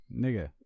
Nigga